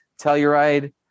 Telluride